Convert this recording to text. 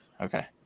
Okay